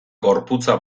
gorputza